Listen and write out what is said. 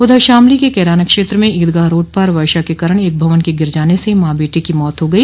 उधर शामली के कैराना क्षेत्र में ईदगाह रोड पर वर्षा के कारण एक भवन के गिर जाने से माँ बेटे की मौत हो गई